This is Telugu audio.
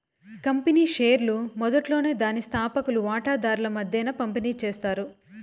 కంపెనీ షేర్లు మొదట్లోనే దాని స్తాపకులు వాటాదార్ల మద్దేన పంపిణీ చేస్తారు